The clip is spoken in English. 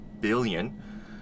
billion